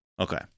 Okay